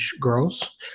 girls